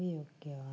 എന്നിവ ഒക്കെയാണ്